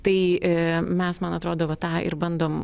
tai mes man atrodo va tą ir bandom